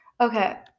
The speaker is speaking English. okay